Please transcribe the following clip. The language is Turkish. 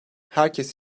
herkes